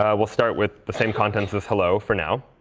ah we'll start with the same contents as hello, for now.